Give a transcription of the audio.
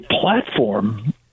platform